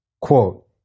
Quote